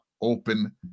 open